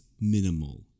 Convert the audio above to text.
minimal